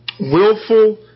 willful